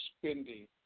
spending